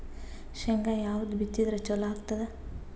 ಶೇಂಗಾ ಯಾವದ್ ಬಿತ್ತಿದರ ಚಲೋ ಆಗತದ?